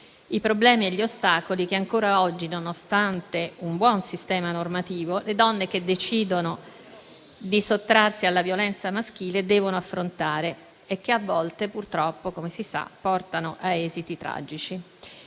i problemi e gli ostacoli che ancora oggi, nonostante un buon sistema normativo, le donne che decidono di sottrarsi alla violenza maschile devono affrontare e che a volte, purtroppo, come si sa, portano a esiti tragici.